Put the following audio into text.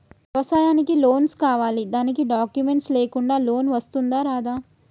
వ్యవసాయానికి లోన్స్ కావాలి దానికి డాక్యుమెంట్స్ లేకుండా లోన్ వస్తుందా రాదా?